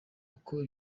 uko